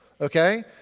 Okay